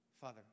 Father